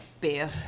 beer